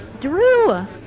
Drew